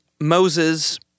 Moses